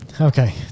okay